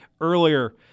earlier